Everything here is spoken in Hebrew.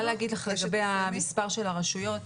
לגבי המספר של הרשויות.